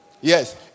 Yes